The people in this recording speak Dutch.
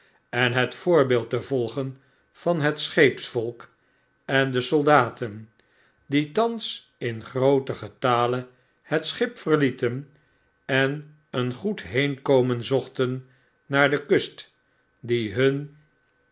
en het voorbeeld te volgen van het scheepsvolk en de soldaten die thans in grooten getale het schip verlieten en een goed neenkomen zochten naar de kust die hun